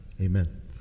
Amen